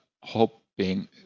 hoping